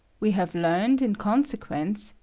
we have learned in con sequence,